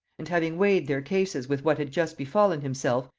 and having weighed their cases with what had just befallen himself,